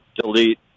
delete